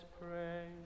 pray